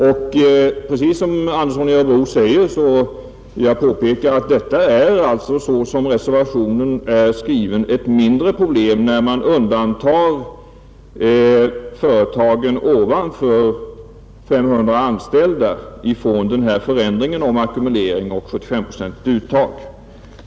På samma sätt som herr Andersson i Örebro vill jag påpeka att förändringen i återlånerätten är, såsom reservationen är skriven, ett mindre problem när man undantar företag med mer än 500 anställda från den här förändringen beträffande ackumulering och 75-procentigt uttag.